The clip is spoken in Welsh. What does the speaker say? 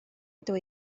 ydw